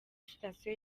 sitasiyo